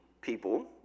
people